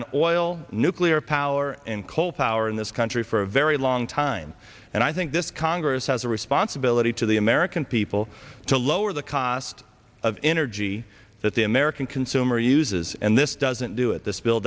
on oil nuclear power and coal power in this country for a very long time and i think this congress has a responsibility to the american people to lower the cost of energy that the american consumer uses and this doesn't do it this bill